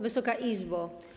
Wysoka Izbo!